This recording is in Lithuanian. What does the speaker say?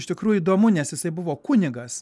iš tikrųjų įdomu nes jisai buvo kunigas